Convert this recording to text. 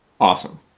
Awesome